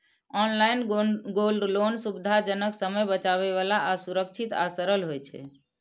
online gold loan सुविधाजनक, समय बचाबै बला आ सुरक्षित आ सरल होइ छै